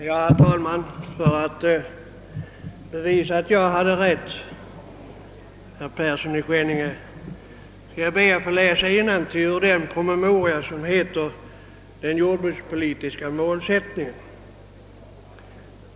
Herr talman! För att bevisa att jag hade rätt, herr Persson i Skänninge, skall jag be att få läsa innantill ur den promemoria som heter Den jordbrukspolitiska målsättningen.